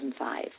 2005